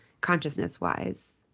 consciousness-wise